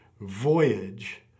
voyage